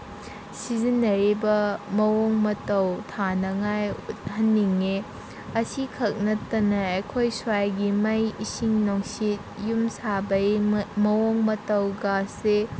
ꯁꯤꯖꯤꯟꯅꯔꯤꯕ ꯃꯑꯣꯡ ꯃꯇꯧ ꯊꯥꯅꯉꯥꯏ ꯎꯠꯍꯟꯅꯤꯡꯉꯦ ꯑꯁꯤꯈꯛ ꯅꯠꯇꯅ ꯑꯩꯈꯣꯏ ꯁ꯭ꯋꯥꯏꯒꯤ ꯃꯩ ꯏꯁꯤꯡ ꯅꯨꯡꯁꯤꯠ ꯌꯨꯝ ꯁꯥꯕꯒꯤ ꯃꯑꯣꯡ ꯃꯇꯧꯒꯁꯦ